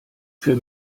für